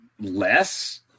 less